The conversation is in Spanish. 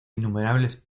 innumerables